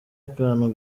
akantu